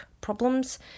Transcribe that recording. problems